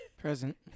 Present